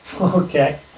Okay